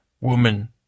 woman